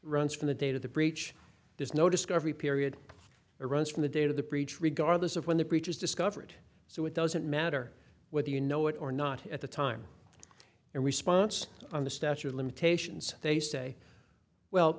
runs from the date of the breach there's no discovery period or runs from the date of the breach regardless of when the preachers discover it so it doesn't matter whether you know it or not at the time your response on the statute of limitations they say well